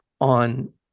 on